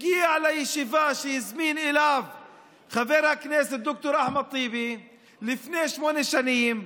הגיע לישיבה שהזמין אליה חבר הכנסת ד"ר אחמד טיבי לפני שמונה שנים.